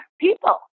people